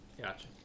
Gotcha